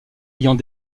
ayant